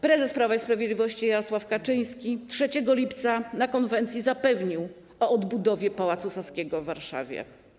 Prezes Prawa i Sprawiedliwości Jarosław Kaczyński 3 lipca na konwencji zapewnił o odbudowie Pałacu Saskiego w Warszawie.